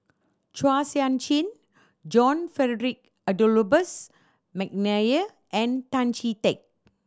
Chua Sian Chin John Frederick Adolphus McNair and Tan Chee Teck